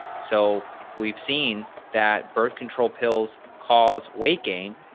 so, we've seen that birth control pills cause waking.